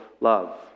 love